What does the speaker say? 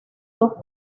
dos